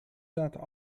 zaten